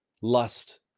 lust